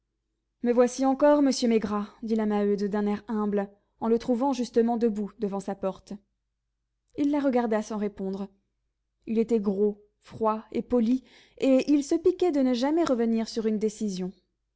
me voici encore monsieur maigrat dit la maheude d'un air humble en le trouvant justement debout devant sa porte il la regarda sans répondre il était gros froid et poli et il se piquait de ne jamais revenir sur une décision